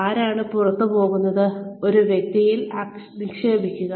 ആരാണ് പുറത്ത് പോകുന്നത് ആ വ്യക്തിയിൽ നിക്ഷേപിക്കുക